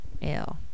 Ew